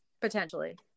potentially